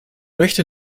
möchte